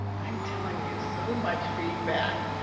i'm telling you so much feedback,